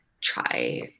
try